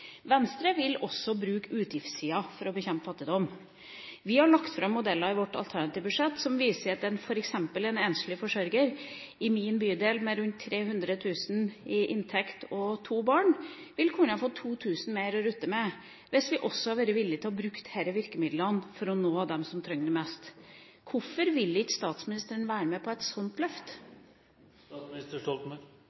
Venstre vil også bruke utgiftssida for å bekjempe fattigdom. Vi har lagt fram modeller i vårt alternative budsjett som viser at en enslig forsørger f.eks. i min bydel, med rundt 300 000 kr i inntekt og to barn, ville kunne fått 2 000 kr mer å rutte med hvis vi hadde vært villig til å bruke disse virkemidlene for å nå dem som trenger det mest. Hvorfor vil ikke statsministeren være med på et sånt løft?